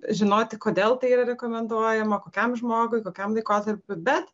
žinoti kodėl tai yra rekomenduojama kokiam žmogui kokiam laikotarpiui bet